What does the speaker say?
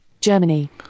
Germany